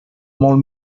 molt